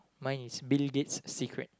mine is Bill Gates secret